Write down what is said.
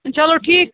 چلو ٹھیٖک